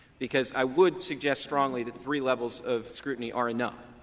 because i would suggest strongly that three levels of scrutiny are enough.